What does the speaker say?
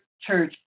Church